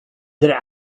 their